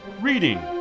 Reading